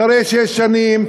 אחרי שש שנים,